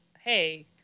Hey